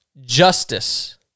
justice